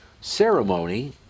ceremony